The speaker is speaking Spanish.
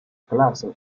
clase